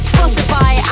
Spotify